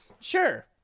Sure